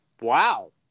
Wow